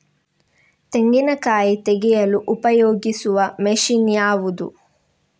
ತೆಂಗಿನಕಾಯಿ ತೆಗೆಯಲು ಉಪಯೋಗಿಸುವ ಮಷೀನ್ ಯಾವುದು?